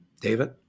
David